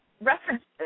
references